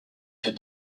fait